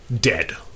Dead